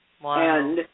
Wow